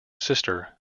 sister